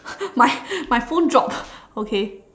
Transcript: my my phone drop okay